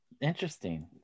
interesting